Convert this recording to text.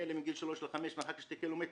האלה מגיל שלוש עד חמש למרחק של קילומטר.